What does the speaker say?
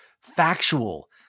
factual